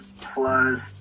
plus